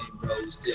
Rose